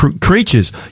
creatures